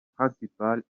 principal